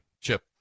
chip